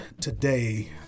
today